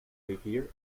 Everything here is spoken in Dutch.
rivier